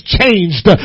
changed